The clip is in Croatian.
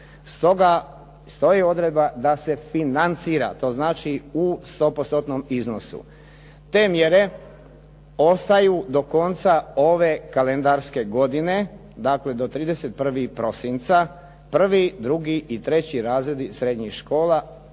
Stoga stoji odredba da se financira, to znači u stopostotnom iznosu. Te mjere ostaju do konca ove kalendarske godine, dakle do 31. prosinca, prvi, drugi i treći razredi srednjih škola,